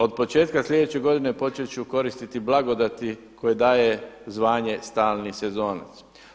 Od početka sljedeće godine počet ću koristiti blagodati koje daje zvanje stalni sezonac.